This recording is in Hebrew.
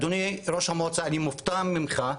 אדוני ראש המועצה אני מופתע ממך,